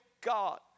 God